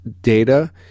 data